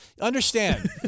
Understand